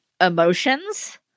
emotions